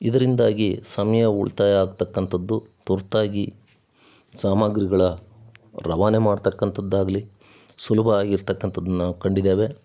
ಇದರಿಂದಾಗಿ ಸಮಯ ಉಳಿತಾಯ ಆಗತಕ್ಕಂಥದ್ದು ತುರ್ತಾಗಿ ಸಾಮಾಗ್ರಿಗಳ ರವಾನೆ ಮಾಡತಕ್ಕಂಥದ್ದಾಗ್ಲಿ ಸುಲಭ ಆಗಿರ್ತಕ್ಕಂತದ್ದು ನಾವು ಕಂಡಿದ್ದೇವೆ